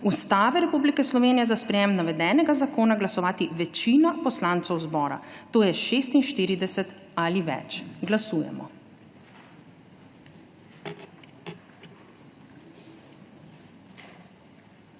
Ustave Republike Slovenije za sprejem navedenega zakona glasovati večina poslancev zbora, to je 46 ali več. Glasujemo.